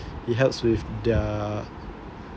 it helps with their